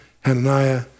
Hananiah